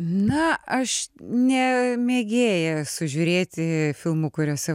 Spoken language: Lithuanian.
na aš nemėgėja esu žiūrėti filmų kuriuose